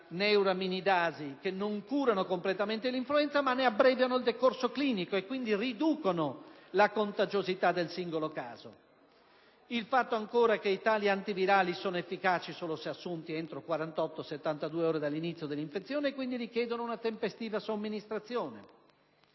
neuraminidasi che non curano completamente l'influenza ma ne abbreviano il decorso clinico e quindi riducono la contagiosità del singolo caso; il fatto, ancora, che tali antivirali sono efficaci solo se assunti entro 48-72 ore dall'inizio dell'infezione e quindi richiedono una tempestiva somministrazione.